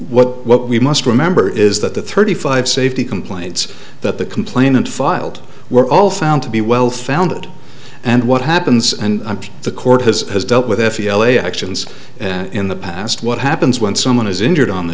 what what we must remember is that the thirty five safety complaints that the complainant filed were all found to be well founded and what happens and the court has dealt with f e m a actions in the past what happens when someone is injured on the